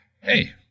hey